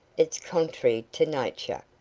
it's contr'y to nature,